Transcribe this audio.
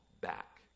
back